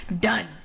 done